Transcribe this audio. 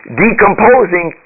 decomposing